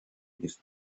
his